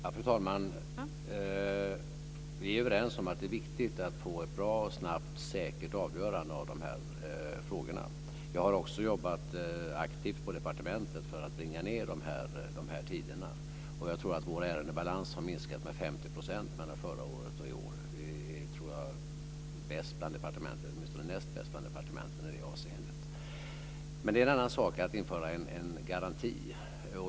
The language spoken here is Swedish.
Fru talman! Vi är överens om att det är viktigt att få ett bra, snabbt och säkert avgörande i de här frågorna. Jag har också jobbat aktivt på departementet för att bringa ned tiderna, och jag tror att vår ärendebalans har minskat med 50 % i år jämfört med förra året. Vi är bäst - åtminstone näst bäst - bland departementen i det avseendet. Men det är en annan sak att införa en garanti.